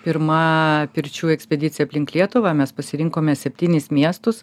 pirma pirčių ekspedicija aplink lietuvą mes pasirinkome septynis miestus